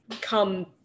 come